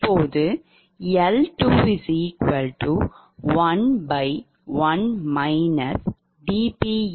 இப்போது L2111